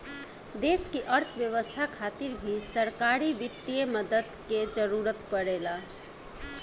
देश की अर्थव्यवस्था खातिर भी सरकारी वित्तीय मदद के जरूरत परेला